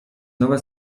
nowe